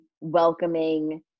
welcoming